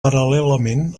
paral·lelament